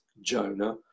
Jonah